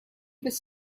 was